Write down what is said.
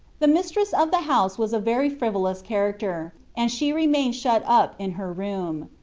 the mistress of the house was a very frivolous character, and she remained shut up in her room.